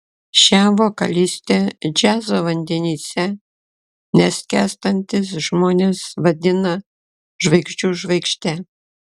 šią vokalistę džiazo vandenyse neskęstantys žmonės vadina žvaigždžių žvaigžde